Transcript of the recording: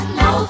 no